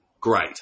great